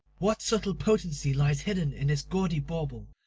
what subtle potency lies hidden in this gaudy bauble,